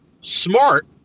smart